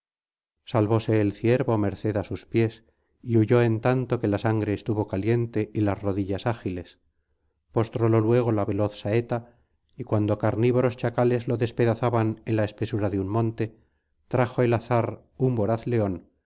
salvóse el ciervo merced á sus pies y huyó en tanto que la sangre estuvo caliente y las rodillas ágiles postrólo luego la veloz saeta y cuando carnívoros chacales lo despedazaban en la espesura de un monte trajo el azar un voraz león